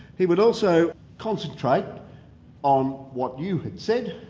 he would also concentrate on what you had said